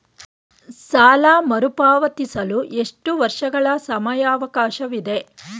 ಸಾಲ ಮರುಪಾವತಿಸಲು ಎಷ್ಟು ವರ್ಷಗಳ ಸಮಯಾವಕಾಶವಿದೆ?